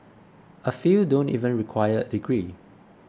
a few don't even require a degree